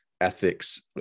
ethics